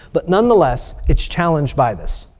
but nonetheless, it's challenged by this.